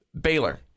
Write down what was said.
Baylor